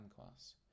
class